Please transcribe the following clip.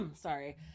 sorry